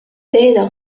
data